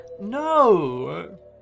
No